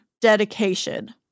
dedication